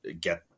get